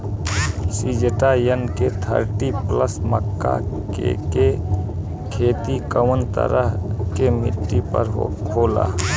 Syngenta NK thirty plus मक्का के के खेती कवना तरह के मिट्टी पर होला?